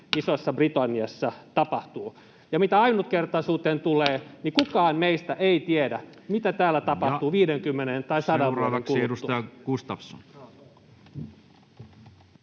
koputtaa] Ja mitä ainutkertaisuuteen tulee, niin kukaan meistä ei tiedä, mitä täällä tapahtuu 50 tai 100 vuoden kuluttua.